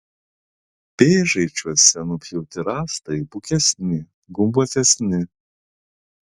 pėžaičiuose nupjauti rąstai bukesni gumbuotesni